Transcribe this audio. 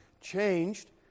changed